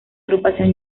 agrupación